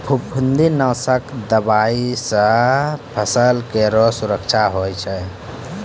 फफूंदी नाशक दवाई सँ फसल केरो सुरक्षा होय छै